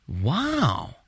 Wow